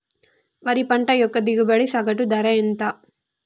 వరి పంట యొక్క దిగుబడి సగటు ధర ఎంత?